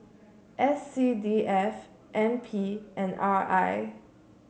S C D F N P and R I